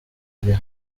gihe